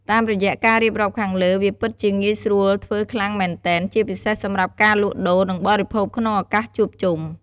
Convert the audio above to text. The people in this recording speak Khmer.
តាមរយៈការរៀបរាប់ខាងលើ វាពិតជាងាយស្រួលធ្វើខ្លាំងមែនទែន ជាពិសេសសម្រាប់ការលក់ដូរ និងបរិភោគក្នុងឱកាសជួបជុំ។